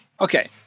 Okay